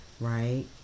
right